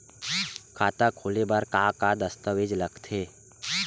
खाता खोले बर का का दस्तावेज लगथे?